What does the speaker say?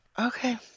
Okay